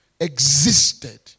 existed